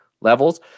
levels